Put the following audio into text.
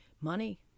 money